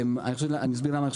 אני אסביר שוב למה.